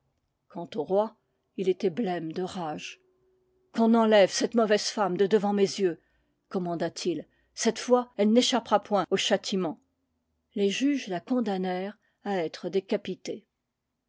quant au roi il était blême de rage qu'on enlève cette mauvaise femme de devant mes yeux commanda-t-il cette fois elle n'échappera point au châti ment les juges la condamnèrent à être décapitée